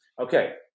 Okay